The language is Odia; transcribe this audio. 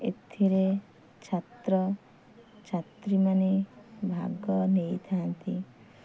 ଏଥିରେ ଛାତ୍ର ଛାତ୍ରୀମାନେ ଭାଗ ନେଇଥାନ୍ତି